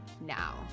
now